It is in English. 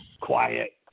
Quiet